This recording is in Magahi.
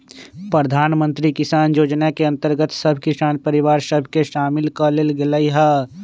प्रधानमंत्री किसान जोजना के अंतर्गत सभ किसान परिवार सभ के सामिल क् लेल गेलइ ह